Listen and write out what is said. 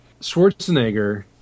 schwarzenegger